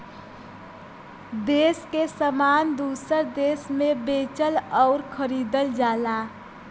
देस के सामान दूसर देस मे बेचल अउर खरीदल जाला